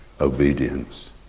obedience